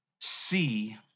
see